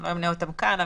לא אמנה אותן כאן,